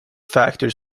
factors